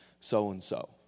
so-and-so